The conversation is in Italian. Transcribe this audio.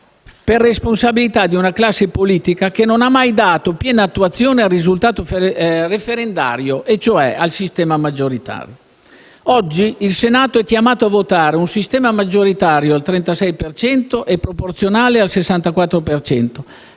per responsabilità di una classe politica che non ha mai dato piena attuazione al risultato referendario e cioè al sistema maggioritario. Oggi il Senato è chiamato a votare un sistema maggioritario al 36 per cento e proporzionale al 64